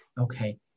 okay